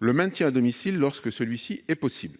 le maintien à domicile lorsque celui-ci est possible.